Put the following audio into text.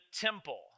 temple